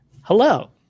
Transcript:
Hello